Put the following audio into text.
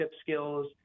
skills